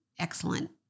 excellent